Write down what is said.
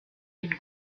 den